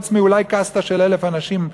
חוץ מאולי קסטה של 1,000 אנשים.